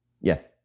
Yes